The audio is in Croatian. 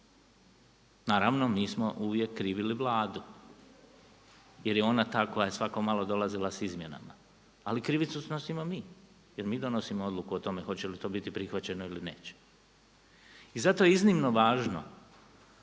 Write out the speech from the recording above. Naravno mi smo uvijek krivili Vladu jer je ona ta koja je svako malo dolazila s izmjenama, ali krivicu snosimo mi jer mi donosimo odluku o tome hoće li to biti prihvaćeno ili neće. I zato je iznimno važno